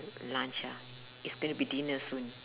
lunch ah it's gonna be dinner soon